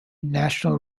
national